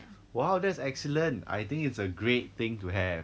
!wow! that's excellent I think it's a great thing to have